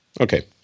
okay